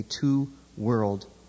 two-world